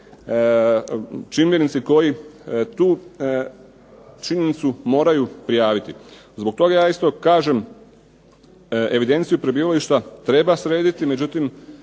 čimbenici koji tu činjenicu moraju prijaviti. Zbog toga ja isto kažem evidenciju prebivališta treba srediti. Međutim,